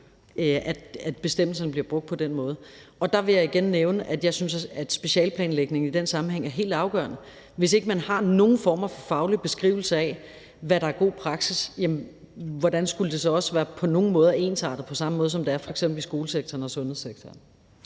at bestemmelserne bliver brugt på den måde. Og der vil jeg igen nævne, at jeg synes, at specialplanlægning i den sammenhæng er helt afgørende. Hvis ikke man har nogen former for faglig beskrivelse af, hvad der er god praksis, hvordan skulle det så også på nogen måder være ensartet på samme måde, som det f.eks. er i skolesektoren og sundhedssektoren?